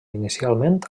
inicialment